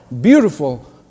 beautiful